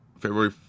February